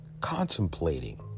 contemplating